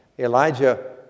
Elijah